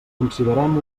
considerem